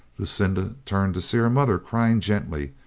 lucinda turned to see her mother crying gently,